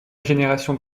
génération